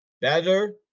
Better